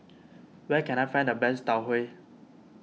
where can I find the best Tau Huay